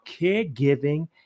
caregiving